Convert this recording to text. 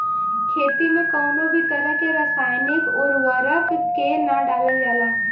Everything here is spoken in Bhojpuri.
खेती में कउनो भी तरह के रासायनिक उर्वरक के ना डालल जाला